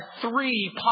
three